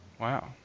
Wow